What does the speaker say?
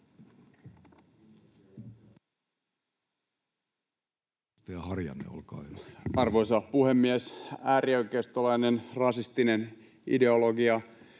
Arvoisa puhemies! Äärioikeistolainen rasistinen ideologia